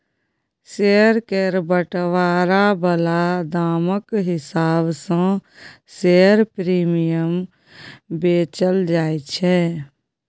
share केर बंटवारा बला दामक हिसाब सँ शेयर प्रीमियम बेचल जाय छै